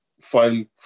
find